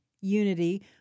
unity